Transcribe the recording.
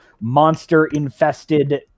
monster-infested